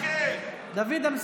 דוד.